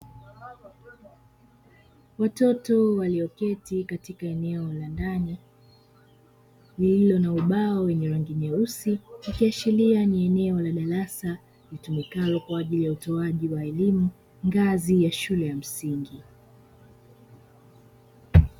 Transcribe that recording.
Watoto walioketi katika eneo la ndani lililo na ubao wenye rangi nyeusi, ikiashiria ni eneo la darasa litumikalo kwa ajli ya utoaji wa elimu ngazi ya shule ya msingi.